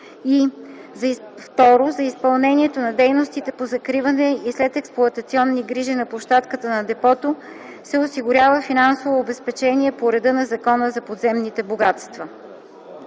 и 2. за изпълнението на дейностите по закриване и следексплоатационни грижи на площадката на депото се осигурява финансово обезпечение по реда на Закона за подземните богатства.